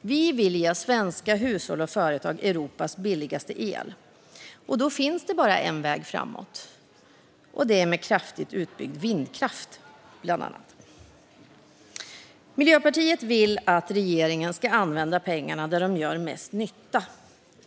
Vi vill ge svenska hushåll och företag Europas billigaste el. Då finns bara en väg framåt, och det är bland annat med en kraftigt utbyggd vindkraft. Miljöpartiet vill att regeringen ska använda pengarna där de gör mest nytta